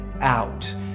out